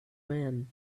man